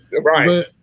Right